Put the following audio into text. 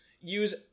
use